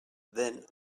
then